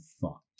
thought